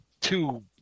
two –